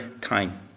time